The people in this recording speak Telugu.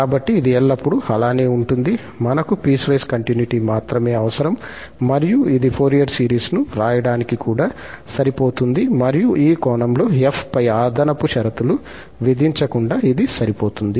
కాబట్టి ఇది ఎల్లప్పుడూ అలానే ఉంటుంది మనకు పీస్ వైస్ కంటిన్యుటీ మాత్రమే అవసరం మరియు ఇది ఫోరియర్ సిరీస్ను వ్రాయడానికి కూడా సరిపోతుంది మరియు ఈ కోణంలో 𝑓 పై అదనపు షరతులు విధించకుండా ఇది సరిపోతుంది